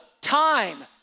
time